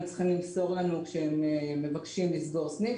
צריכים למסור לנו כשהם מבקשים לסגור סניף,